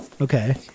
Okay